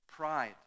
Pride